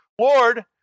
Lord